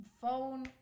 phone